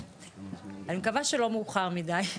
אני מקווה שלא מאוחר מדי.